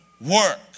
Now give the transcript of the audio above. work